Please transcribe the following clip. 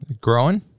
growing